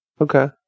Okay